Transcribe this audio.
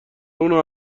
اونو